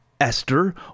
Esther